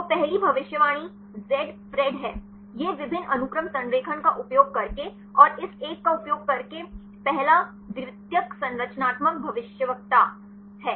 तो पहली भविष्यवाणी Zpred है यह विभिन्न अनुक्रम संरेखण का उपयोग करके और इस एक का उपयोग करके पहला द्वितीयक संरचनात्मक भविष्यवक्ता है